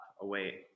away